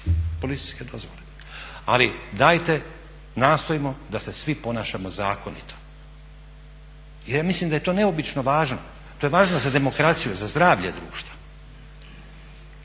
policijske dozvole, ali dajte nastojmo da se svi ponašamo zakonito jer ja mislim da je to neobično važno. To je važno za demokraciju, za zdravlje društva.